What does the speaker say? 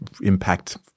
impact